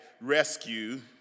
rescue